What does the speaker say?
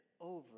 over